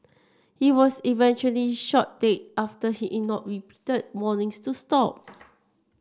he was eventually shot dead after he ignored repeated warnings to stop